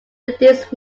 reduced